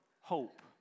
hope